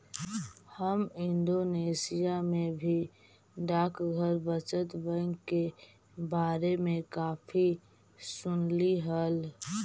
हम इंडोनेशिया में भी डाकघर बचत बैंक के बारे में काफी सुनली हल